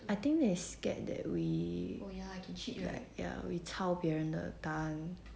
I think they scared that we right 抄别人的答案